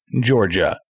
Georgia